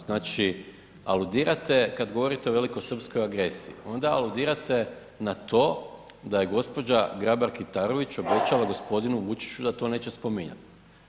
Znači aludirate kada govorite o velikosrpskoj agresiji, onda aludirate na to da je gđa. Grabar-Kitarović obećala g. Vučiću da to neće spominjati.